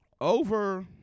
Over